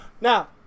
Now